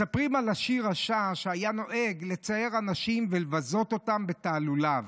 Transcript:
מספרים על עשיר רשע שהיה נוהג לצער אנשים ולבזות אותם בתעלוליו.